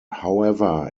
however